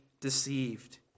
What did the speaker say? deceived